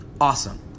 awesome